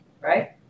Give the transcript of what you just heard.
right